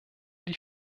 die